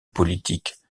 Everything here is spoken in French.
politique